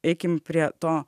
eikim prie to